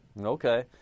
Okay